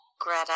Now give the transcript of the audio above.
Greta